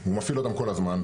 הוא מפעיל אותם כל הזמן.